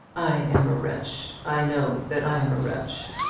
i am a wretch. i know that i am a wretch.